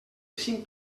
cinc